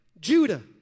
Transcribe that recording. Judah